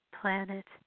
planet